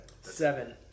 Seven